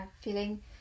feeling